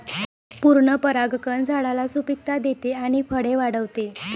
पूर्ण परागकण झाडाला सुपिकता देते आणि फळे वाढवते